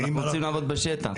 אנחנו עובדים בשטח.